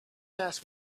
ask